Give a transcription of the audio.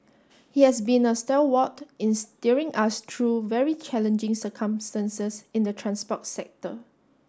he has been a stalwart in steering us through very challenging circumstances in the transport sector